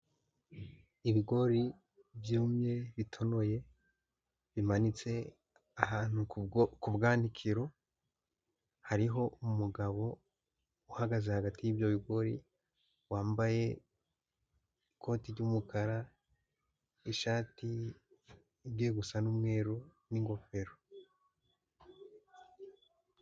Ibigori byumye bitonoye, bimanitse ahantu ku bwanakero, hariho umugabo uhagaze hagati yibyo bigori wambaye ikoti ry'umukara ishati igi gusa n'umweru n'ingofero.